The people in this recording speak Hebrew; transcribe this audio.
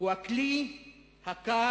הוא הכלי הקר,